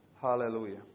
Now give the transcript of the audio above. Hallelujah